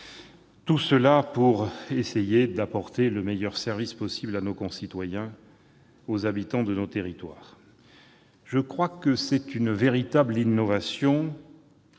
et ce pour essayer d'apporter le meilleur service possible à nos concitoyens, aux habitants de nos territoires. C'est une véritable innovation